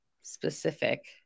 specific